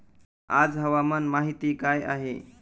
आज हवामान माहिती काय आहे?